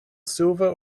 silver